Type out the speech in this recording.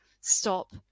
stop